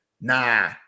Nah